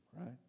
right